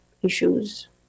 issues